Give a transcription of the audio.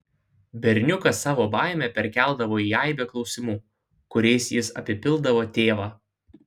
berniukas savo baimę perkeldavo į aibę klausimų kuriais jis apipildavo tėvą